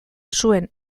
zuen